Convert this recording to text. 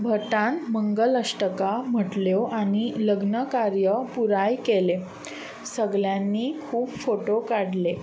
भटान मंगल अश्टकां म्हटल्यो आनी लग्न कार्य पुराय केलें सगल्यांनी खूब फोटो काडले